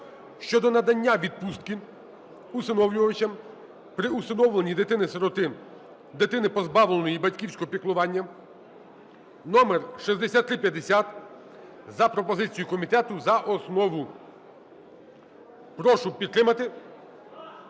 щодо надання відпустки усиновлювачам при усиновленні дитини-сироти, дитини, позбавленої батьківського піклування (№ 6350), за пропозицією комітету – за основу. Прошу підтримати,